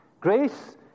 Grace